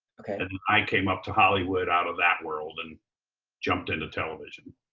and and i came up to hollywood out of that world and jumped into television.